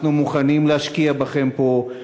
אנחנו מוכנים להשקיע בכם פה.